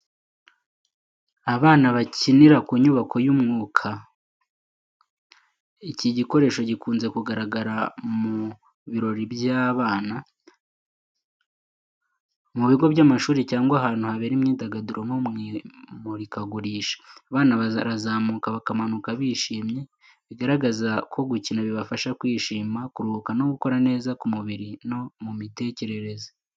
Abana bakinira ku nyubako y’umwuka. Iki gikoresho gikunze kugaragara mu birori by’abana, mu bigo by’amashuri cyangwa ahantu habera imyidagaduro nko mu imurikagurisha. Abana barazamuka bakamanuka bishimye, bigaragaza ko gukina bibafasha kwishima, kuruhuka no gukura neza ku mubiri no mu mitekerereze.